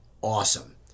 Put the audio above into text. awesome